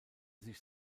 sich